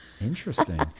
Interesting